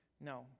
No